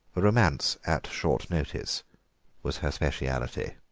romance at short notice was her speciality.